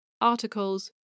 articles